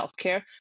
healthcare